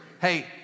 Hey